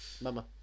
Mama